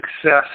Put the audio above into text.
success